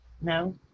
no